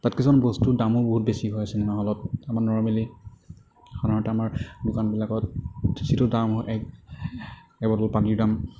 তাত কিছুমান বস্তুৰ দামো বহুত বেছি হয় চিনেমা হলত আমাৰ নৰমেলি সাধাৰণতে আমাৰ দোকানবিলাকত যিটো দাম এক এবটল পানীৰ দাম